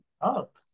Up